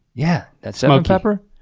yeah, that's smoking pepper.